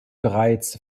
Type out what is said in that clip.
bereits